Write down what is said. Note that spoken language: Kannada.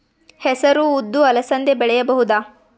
ಹೆಸರು ಉದ್ದು ಅಲಸಂದೆ ಬೆಳೆಯಬಹುದಾ?